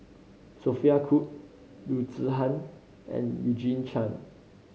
Sophia Cooke Loo Zihan and Eugene Chen